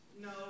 No